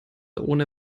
ohne